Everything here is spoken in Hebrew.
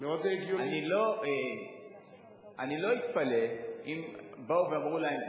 מה שאני אומר: אני לא אתפלא אם באו ואמרו להם.